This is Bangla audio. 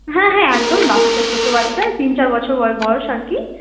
হ্যাঁ হ্যাঁ একদমই বাচ্চা ছোট বাচ্চা ওই তিন চার বছর বয়স আর কি